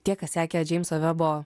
tie kas sekė džeimso vebo